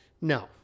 No